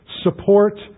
support